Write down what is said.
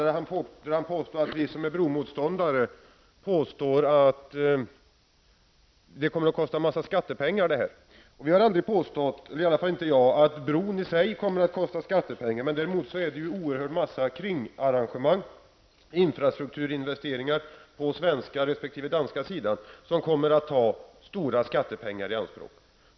Birger Rosqvist påstår att vi som är bromotståndare hävdar att bron kommer att kosta en hel del skattepengar. Vi har aldrig påstått, i alla fall inte jag, att bron i sig kommer att kosta skattepengar. Däremot är det oerhört många kringarrangemang, infrastrukturinvesteringar, på svenska resp. danska sidan som kommer att ta stora mängder skattepengar i anspråk.